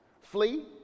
Flee